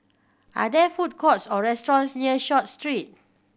are there food courts or restaurants near Short Street